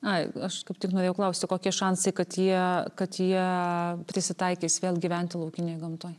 ai aš kaip tik norėjau klausti o kokie šansai kad jie kad jie prisitaikys vėl gyventi laukinėj gamtoj